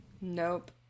Nope